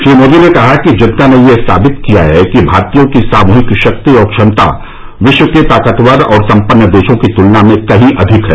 श्री मोदी ने कहा कि जनता ने यह साबित किया है कि भारतीयों की सामूहिक शक्ति और क्षमता विश्व के ताकतवर और सम्पन्न देशों की तुलना में कहीं अधिक है